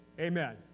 Amen